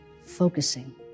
Focusing